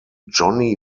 johnny